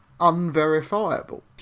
unverifiable